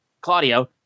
Claudio